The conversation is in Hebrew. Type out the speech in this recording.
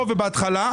פה ובהתחלה,